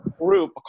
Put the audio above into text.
group